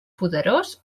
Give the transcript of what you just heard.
poderós